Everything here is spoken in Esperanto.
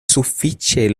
sufiĉe